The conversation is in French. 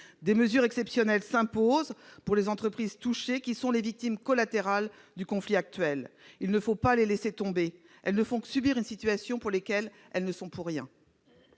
Des mesures exceptionnelles s'imposent pour les entreprises touchées, qui sont les victimes collatérales du conflit actuel. Il ne faut pas les laisser tomber ; elles ne font que subir une situation à laquelle elles ne sont pour rien.